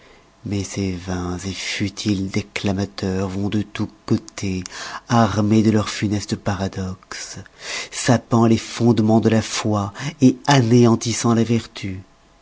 mais ces vains futiles déclamateurs vont de tous côtés armés de leurs funestes paradoxes sapant les fondemens de la foi et anéantissant la vertu